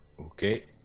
Okay